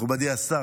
מכובדי השר,